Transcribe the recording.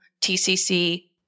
TCC